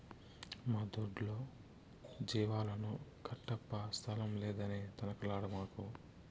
మా దొడ్లో జీవాలను కట్టప్పా స్థలం లేదని తనకలాడమాకు